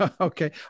okay